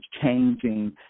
changing